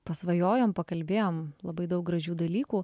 pasvajojom pakalbėjom labai daug gražių dalykų